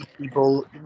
people